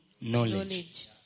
knowledge